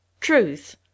TRUTH